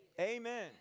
Amen